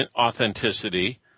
authenticity